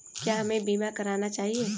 क्या हमें बीमा करना चाहिए?